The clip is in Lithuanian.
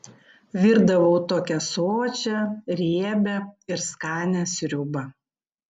virdavau tokią sočią riebią ir skanią sriubą